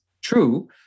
true